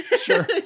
sure